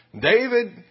David